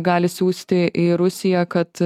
gali siųsti į rusiją kad